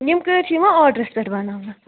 یِم کٔرۍ چھِ یِوان آڈرَس پیٚٹھ بناونہٕ